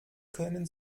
können